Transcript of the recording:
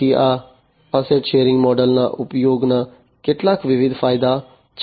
તેથી આ asset sharing મોડલના ઉપયોગના કેટલાક વિવિધ ફાયદા છે